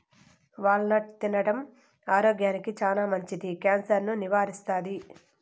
wall నట్ తినడం ఆరోగ్యానికి చానా మంచిది, క్యాన్సర్ ను నివారిస్తాది